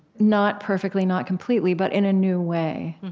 not perfectly, not completely, but in a new way